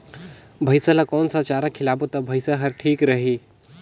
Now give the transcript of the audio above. भैसा ला कोन सा चारा खिलाबो ता भैंसा हर ठीक रही?